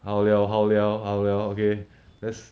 好了好了好了 okay let's